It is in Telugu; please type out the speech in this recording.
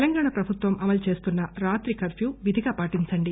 తెలంగాణ ప్రభుత్వం అమలు చేస్తున్న రాత్రి కర్ఫ్య విధిగా పాటించండి